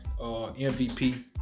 MVP